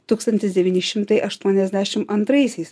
tūkstantis devyni šimtai aštuoniasdešimt antraisiais